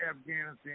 Afghanistan